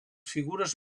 figures